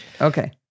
Okay